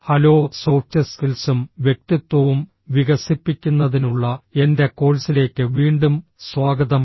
hello soft സ്കിൽസും വ്യക്തിത്വവും വികസിപ്പിക്കുന്നതിനുള്ള എന്റെ കോഴ്സിലേക്ക് വീണ്ടും സ്വാഗതം